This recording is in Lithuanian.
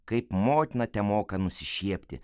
kaip motina temoka nusišiepti